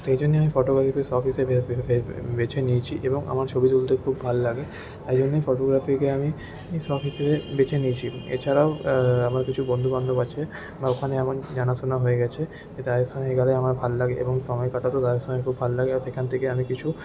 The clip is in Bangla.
তো সেইজন্য আমি ফটোগ্রাফিকে সখ হিসাবে বেছে নিয়েছি এবং আমার ছবি তুলতে খুব ভাল লাগে তাই জন্য ফটোগ্রাফিকে আমি সখ হিসাবে বেছে নিয়েছি এছাড়াও আমার কিছু বন্ধুবান্ধব আছে বা ওখানে এমন জানা শোনা হয়ে গেছে যাদের সাথে গেলেও আমার ভাল লাগে এবং সময় কাটাতেও তাদের সঙ্গে খুব ভাল লাগে আর সেখান থেকে আমি কিছু